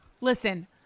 Listen